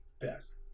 best